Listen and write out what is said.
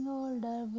older